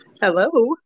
Hello